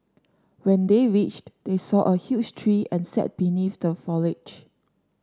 when they reached they saw a huge tree and sat beneath the foliage